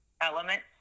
element